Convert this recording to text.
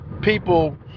people